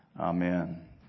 Amen